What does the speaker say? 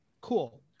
cool